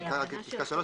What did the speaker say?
אני רק אקרא את פסקה (3).